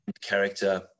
character